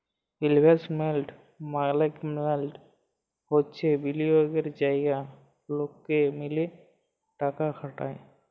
investment management হচ্যে বিলিয়গের জায়গা লকে মিলে টাকা খাটায়